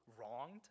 wronged